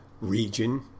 Region